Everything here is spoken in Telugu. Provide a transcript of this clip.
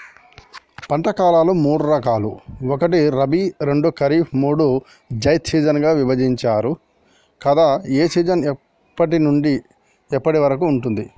పంటల కాలాలు మూడు ఒకటి రబీ రెండు ఖరీఫ్ మూడు జైద్ సీజన్లుగా విభజించారు కదా ఏ సీజన్ ఎప్పటి నుండి ఎప్పటి వరకు ఉంటుంది?